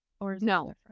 no